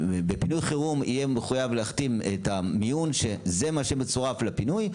שבפינוי חירום יהיה מחויב להחתים את המיון שזה מה שמצורף לפינוי,